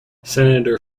senator